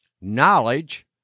knowledge